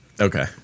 Okay